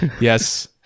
yes